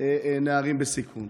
נערים בסיכון.